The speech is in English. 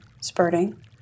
spurting